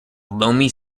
loamy